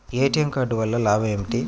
ATM card వల్ల లాభం ఏమిటి?